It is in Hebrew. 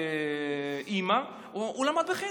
מצד אימא, הוא למד בחדר,